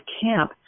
camp